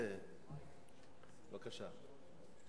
בסדר גמור.